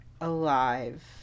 alive